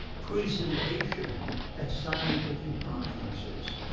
presentation at scientific conferences.